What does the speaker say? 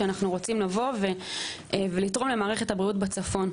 שאנחנו רוצים לבוא ולתרום למערכת הבריאות בצפון.